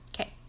okay